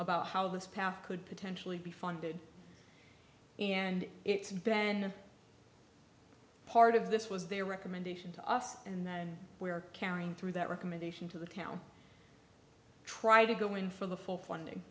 about how this power could potentially be funded and it's been a part of this was their recommendation to us and then we're carrying through that recommendation to the town try to go in for the full funding